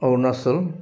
Arunachal